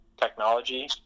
technology